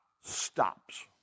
stops